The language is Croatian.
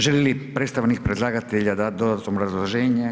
Želi li predstavnik predlagatelja dati dodatno obrazloženje?